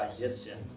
digestion